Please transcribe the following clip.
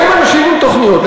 באים אנשים עם תוכניות,